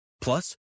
Plus